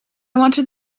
wanted